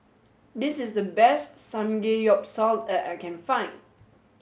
this is the best Samgeyopsal that I can find